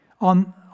On